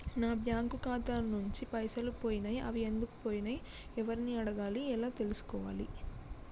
నా బ్యాంకు ఖాతా నుంచి పైసలు పోయినయ్ అవి ఎందుకు పోయినయ్ ఎవరిని అడగాలి ఎలా తెలుసుకోవాలి?